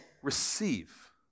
receive